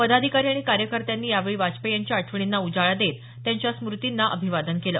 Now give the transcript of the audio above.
पदाधिकारी आणि कार्यकर्त्यांनी यावेळी वाजपेयी यांच्या आठवणींना उजाळा देत त्यांच्या स्मृतींना अभिवादन केलं